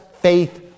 faith